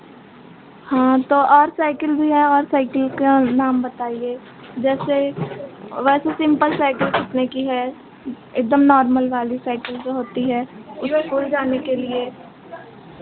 हाँ तो और साइकिल भी है और साइकिल का नाम बताइये जैसे वैसे सिम्पल साइकिल कितने की है एकदम नॉर्मल वाली साइकिल जो होती है इस्कूल जाने के लिए